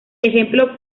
ejemplo